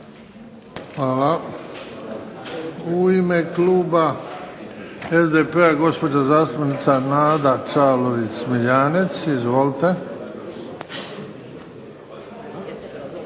Hvala. U ime kluba SDP-a, gospođa zastupnica Nada Čavlović Smiljanec. Izvolite.